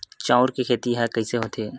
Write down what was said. चांउर के खेती ह कइसे होथे?